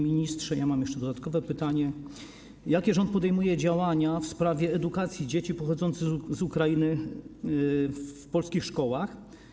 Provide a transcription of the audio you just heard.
Mam jeszcze dodatkowe pytania: Jakie rząd podejmuje działania w sprawie edukacji dzieci pochodzących z Ukrainy w polskich szkołach?